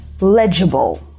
legible